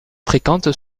fréquente